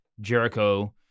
Jericho